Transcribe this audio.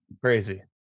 Crazy